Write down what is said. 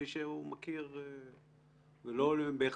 גזרו את המשכורות שלהם מתוך זה ועכשיו זאת אחריות של מערכת